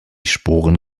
sporen